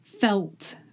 felt